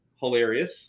hilarious